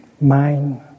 mind